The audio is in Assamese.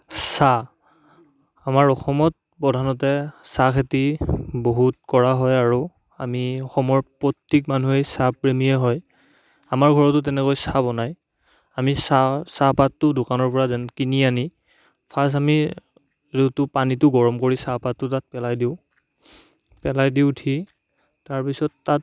চাহ আমাৰ অসমত প্ৰধানতে চাহ খেতি বহুত কৰা হয় আৰু আমি অসমৰ প্ৰত্যেক মানুহেই চাহ প্ৰেমীয়ে হয় আমাৰ ঘৰতো তেনেকৈ চাহ বনায় আমি চাহ চাহপাতটো দোকানৰ পৰা যেন কিনি আনি ফাছ আমি যোনটো পানীটো গৰম কৰি চাহপাতটো তাত পেলাই দিওঁ পেলাই দি উঠি তাৰপিছত তাত